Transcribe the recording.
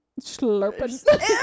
slurping